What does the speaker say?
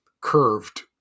curved